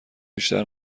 بیشتر